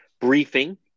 briefing